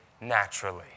naturally